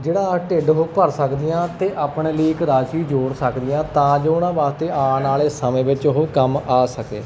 ਜਿਹੜਾ ਢਿੱਡ ਉਹ ਭਰ ਸਕਦੀਆਂ ਅਤੇ ਆਪਣੇ ਲਈ ਇੱਕ ਰਾਸ਼ੀ ਜੋੜ ਸਕਦੀਆਂ ਤਾਂ ਜੋ ਉਹਨਾਂ ਵਾਸਤੇ ਆਉਣ ਵਾਲੇ ਸਮੇਂ ਵਿੱਚ ਉਹ ਕੰਮ ਆ ਸਕੇ